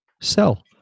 sell